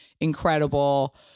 incredible